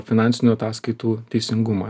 finansinių ataskaitų teisingumą